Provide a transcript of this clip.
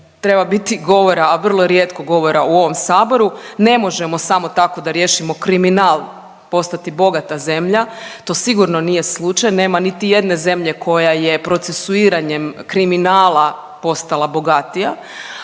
treba biti govora, a vrlo rijetko govora u ovom sabora, ne možemo samo tako da riješimo kriminal postati bogata zemlja, to sigurno nije slučaj, nema niti jedne zemlje koja je procesuiranjem kriminala postala bogatija,